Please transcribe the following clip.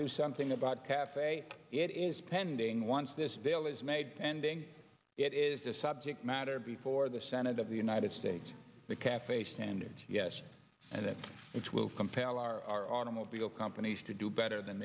do something about cafe it is pending once this deal is made ending it is the subject matter before the senate of the united states the cafe standards yes and that it will compel our immobile companies to do better than